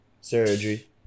surgery